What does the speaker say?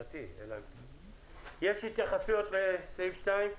יש התייחסויות לסעיף 2?